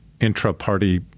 intra-party